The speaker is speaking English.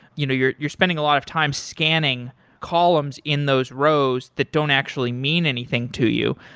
you know you're you're spending a lot of time scanning columns in those rows that don't actually mean anything to you,